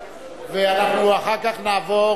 ואחר כך נעבור